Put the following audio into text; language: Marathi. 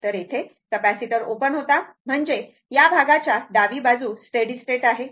तर येथे कॅपेसिटर ओपन होता म्हणजे या भागाच्या डावी बाजू स्टेडी स्टेट आहे